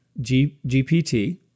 GPT